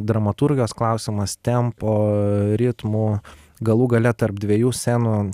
dramaturgijos klausiamas tempo ritmų galų gale tarp dviejų scenų